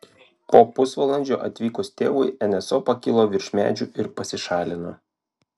po pusvalandžio atvykus tėvui nso pakilo virš medžių ir pasišalino